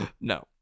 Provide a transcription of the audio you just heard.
no